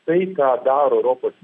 tai ką daro europos